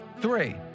Three